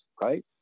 right